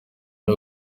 ari